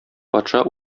патша